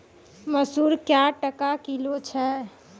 मसूर क्या टका किलो छ?